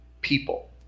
people